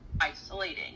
isolating